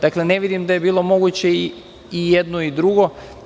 Dakle ne vidim da je bilo moguće i jedno i drugo.